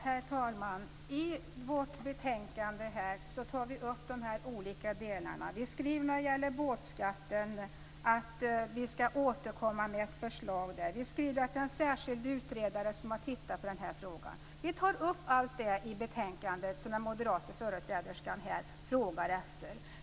Herr talman! I vårt betänkande tar vi upp de här olika delarna. Vi skriver när det gäller båtskatten att vi skall återkomma med ett förslag. Vi skriver att en särskild utredare har tittat närmare på den här frågan. Vi tar i betänkandet upp allt det som den moderata företräderskan frågar efter.